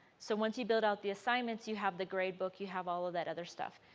so once you build out the assignments, you have the grade book, you have all of that other stuff.